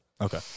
Okay